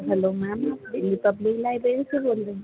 hello ma'am ان public library سے بول رہی ہیں